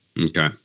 Okay